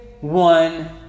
one